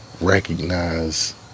recognize